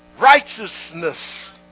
Righteousness